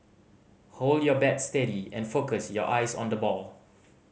hold your bat steady and focus your eyes on the ball